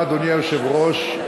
אדוני היושב-ראש,